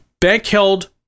bank-held